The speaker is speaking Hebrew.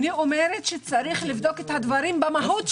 אני אומרת שצריך לבדוק את הדברים במהות שלהם.